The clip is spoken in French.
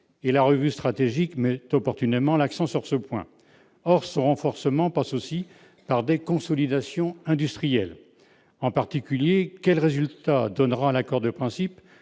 La revue stratégique met opportunément l'accent sur ce point. Or son renforcement passe aussi par des consolidations industrielles. En particulier, quel résultat donnera l'accord de principe